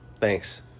Thanks